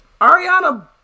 Ariana